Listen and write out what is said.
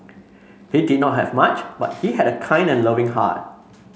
he did not have much but he had a kind and loving heart